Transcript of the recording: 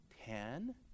Ten